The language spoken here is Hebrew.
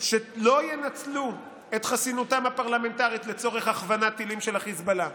שלא ינצלו את חסינותם הפרלמנטרית לצורך הכוונת טילים של החיזבאללה,